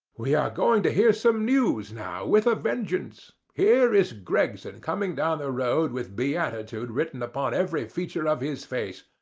we are going to hear some news now with a vengeance! here is gregson coming down the road with beatitude written upon every feature of his face.